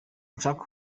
nshaka